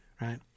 Right